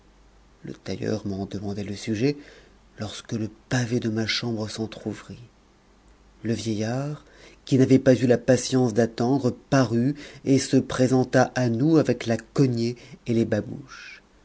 le tailleur m'en demandait le sujet lorsque le pavé de ma chambre s'entr'ouvrit le vieillard qui n'avait pas eu la patience d'attendre parut et se présenta à nous avec la cognée et les babouches